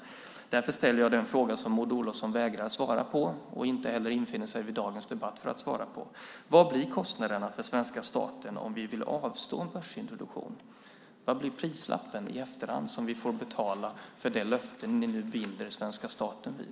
Därför ställer jag den fråga som Maud Olofsson vägrar att svara på. Hon infinner sig inte heller vid dagens debatt för att svara på den. Vad blir kostnaderna för svenska staten om vi vill avstå från en börsintroduktion? Vilket pris kommer vi i efterhand att få betala för det löfte som ni nu binder svenska staten vid?